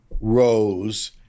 rows